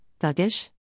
thuggish